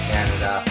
Canada